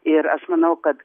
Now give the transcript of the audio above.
ir aš manau kad